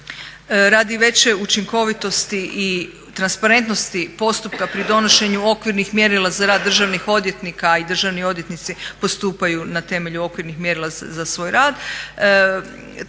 Radi veće učinkovitosti i transparentnosti postupka pri donošenju okvirnih mjerila za rad državnih odvjetnika, a i državni odvjetnici postupaju na temelju okvirnih mjerila za svoj rad.